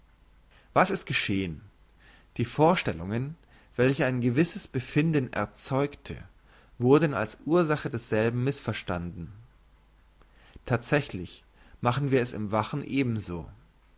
was ist geschehen die vorstellungen welche ein gewisses befinden erzeugte wurden als ursache desselben missverstanden thatsächlich machen wir es im wachen ebenso